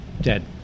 Dead